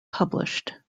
published